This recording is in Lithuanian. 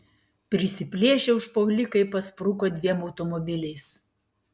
prisiplėšę užpuolikai paspruko dviem automobiliais